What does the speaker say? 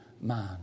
man